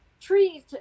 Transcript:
trees